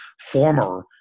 former